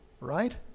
right